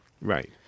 Right